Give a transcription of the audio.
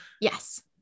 Yes